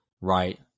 right